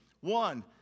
One